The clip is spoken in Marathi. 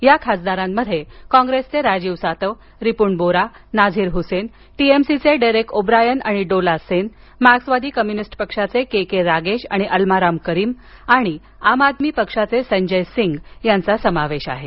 या खासदारांमध्ये कॉंग्रेसचे राजीव सातवरिपुन बोरा नाझीर हुसेन टीएमसी चे डेरेक ओब्रायन आणि डोला सेन मार्क्सवादी कम्युनिस्ट पक्षाचे के के रागेशआणि एल्माराम करीम आणि आम आदमी पक्षाचे संजय सिंग यांचा समावेश आहे